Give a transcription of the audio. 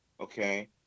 Okay